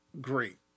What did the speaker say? great